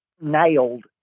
nailed